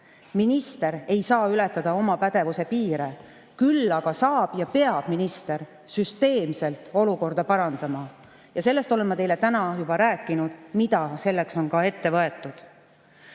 Minister ei saa ületada oma pädevuse piire, küll aga saab minister süsteemselt olukorda parandada ja peab seda tegema. Ma olen teile täna juba rääkinud, mida selleks on ette võetud.